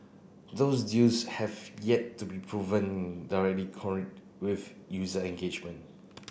those deals have yet to be proven directly with user engagement